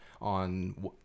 on